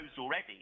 already